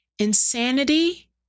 Insanity